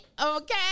okay